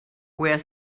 where